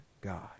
God